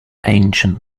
ancient